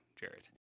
Jared